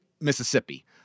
Mississippi